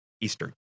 Eastern